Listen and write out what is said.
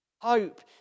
hope